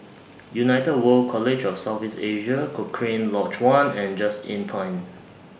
United World College of South East Asia Cochrane Lodge one and Just Inn Pine